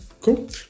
Cool